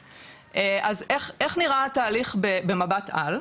איך נראה התהליך במבט על?